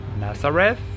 Nazareth